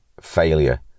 Failure